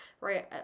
right